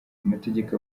amategeko